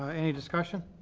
ah any discussion?